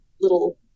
little